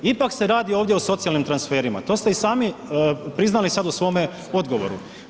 Ipak se radi ovdje o socijalnim transferima, to ste i sami priznali sad u svome odgovoru.